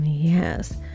Yes